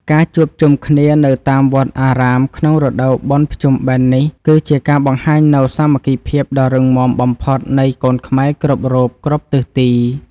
ការជួបជុំគ្នានៅតាមវត្តអារាមក្នុងរដូវបុណ្យភ្ជុំបិណ្ឌនេះគឺជាការបង្ហាញនូវសាមគ្គីភាពដ៏រឹងមាំបំផុតនៃកូនខ្មែរគ្រប់រូបគ្រប់ទិសទី។